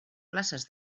places